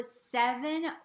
seven